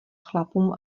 chlapům